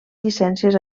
llicències